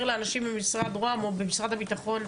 לאנשים במשרד רוה"מ או במשרד הביטחון,